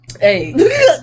Hey